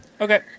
Okay